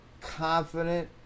confident